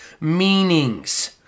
meanings